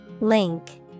Link